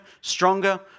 stronger